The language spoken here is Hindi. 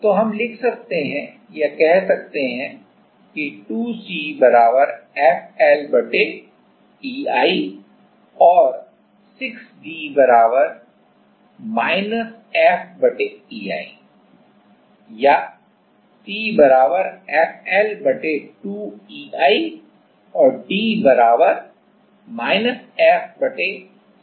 तो हम लिख सकते हैं या कह सकते हैं कि 2 C FL E I और 6 D to F E I या C F L 2 E I D F 6 E I है